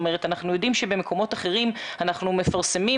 אנחנו יודעים שבמקומות אחרים אנחנו מפרסמים